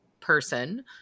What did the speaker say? person